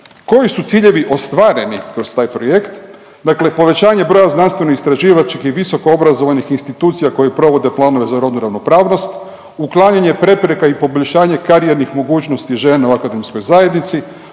Koji su ciljevi ostvareni kroz taj projekt? Dakle, povećanje broja znanstveno-istraživačkih i visoko obrazovanih institucija koji provode planove za rodnu ravnopravnost. Uklanjanje prepreka i poboljšanje karijernih mogućnosti žena u akademskoj zajednici,